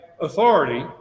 authority